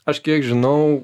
aš kiek žinau